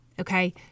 okay